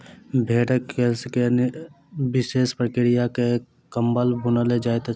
भेंड़क केश के विशेष प्रक्रिया क के कम्बल बुनल जाइत छै